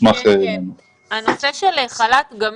בנושא של חל"ת גמיש,